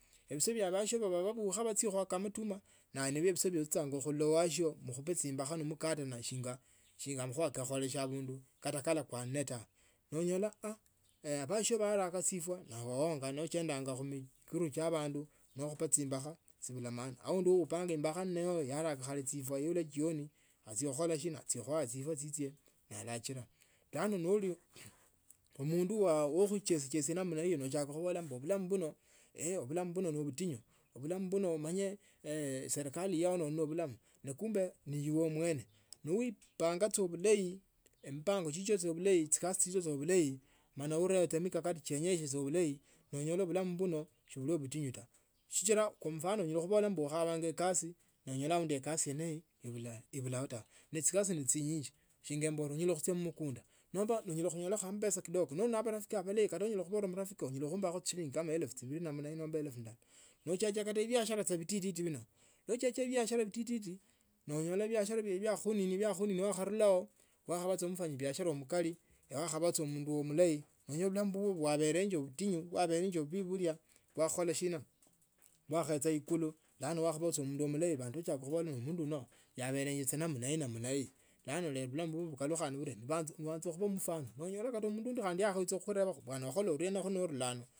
Ibise bya basio babkha bachie khuaka amatuma ne naye nibise bia achichanga khulola wasio mkhupe chimbakha mkatiana shinga amakhuwa kekholekhe abindu kata kekhole la. No onyala aah basio baraka chifwa newe oonga nochendanya khu mikuru chia abandu nokhupa chimbakha chibula maana aundi okhupa imbakha naye yaraka chifwa neola jioni naachia khikholashina achia khuaya chifwa chichye na achia khulachilia lakini no ni mundu we khichesa namna hiyo no ochakha khulola bulamu bubwo bulamu bano no obutinyu obulamu uno umanye serikali yalomba bulamu na kumbe webiye mwene noipanga sa bulayi mipango chicho bulayi chikasi chichyo bulayi mala uree mikakati chichyo bulayi noonyola bulamu bunosi buli butinyu taa sichila kwa mfano onyala kunyola mbu ukhabanga kasi noonyola aundi ekasi yeneyo ibulao ibulao ta chiksi ne chinyingi singa mbolele singa khuchia mmukunda nomba usili khulola chilling kidogo nole nende ambesa malayi kata onyala khabola amarafiki onyala khumbakho shilingi kama chielfu chibili nomba elfu ndala nochiaka biashara bititi bini nochiaka biashara bititi bino noonyola biashara biakha khuninia wakhanilao wakhabaa mfanyibiashara mkali wakhabaa saa omundu mulayi noonyala bulamu bwabelenge butinyu lwakahakhola shina lwakhecha ikulu bulano wakhabaa mundu mulayi abandu bachakha khubola ne omundu uno yabalenge tsa namna hii namba hii. Bulano ne bulamu bubwo bukalukhana noochiava khubaa mfano noonyola kata munduundi yakhecha khukhuneba bwana okhola uriena norula ano.